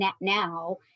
now